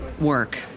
work